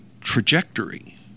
trajectory